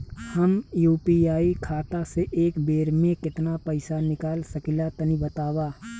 हम यू.पी.आई खाता से एक बेर म केतना पइसा निकाल सकिला तनि बतावा?